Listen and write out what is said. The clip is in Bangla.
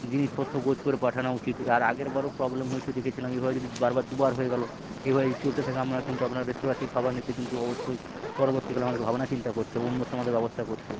জিনিসপত্র গোছ করে পাঠানো উচিত আর আগেরবারও প্রবলেম হয়েছিল দেখেছিলাম এভাবে যদি বার বার দুবার হয়ে গেল এভাবে যদি চলতে থাকে আমরা কিন্তু আপনাদের রেস্তরাঁ থেকে খাবার নিতে কিন্তু অবশ্যই পরবর্তীকালে আমাদেরকে ভাবনা চিন্তা করতে হবে অন্যত্র আমাদেরকে ব্যবস্থা করতে হবে